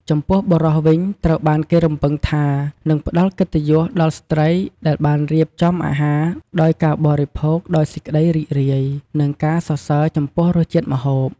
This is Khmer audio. ចំពោះបុរសវិញ ត្រូវបានគេរំពឹងថានឹង ផ្តល់កិត្តិយសដល់ស្ត្រីដែលបានរៀបចំអាហារ ដោយការបរិភោគដោយសេចក្តីរីករាយ និងការសរសើរចំពោះរសជាតិម្ហូប។